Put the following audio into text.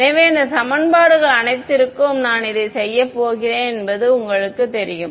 எனவே இந்த சமன்பாடுகள் அனைத்திற்கும் நான் இதைச் செய்யப் போகிறேன் என்பது உங்களுக்குத் தெரியும்